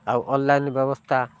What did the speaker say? ଆଉ ଅନଲାଇନ୍ ବ୍ୟବସ୍ଥା